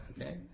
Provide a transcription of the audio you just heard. okay